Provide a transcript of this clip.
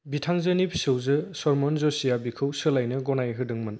बिथांजोनि फिसौजो शरमन ज'शीआ बिखौ सोलाइनो गनाय होदों मोन